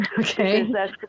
Okay